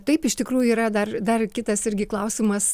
taip iš tikrųjų yra dar dar kitas irgi klausimas